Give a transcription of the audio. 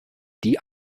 die